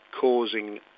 causing